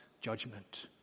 judgment